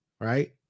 right